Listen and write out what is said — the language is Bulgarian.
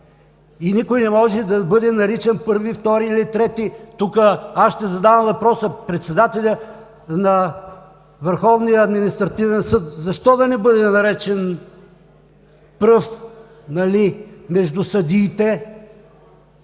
И никой не може да бъде наричан „първи“, „втори“ или „трети“. Тук ще задам въпроса: председателят на Върховния административен съд защо да не бъде наречен пръв между съдиите?